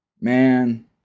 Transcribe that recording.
man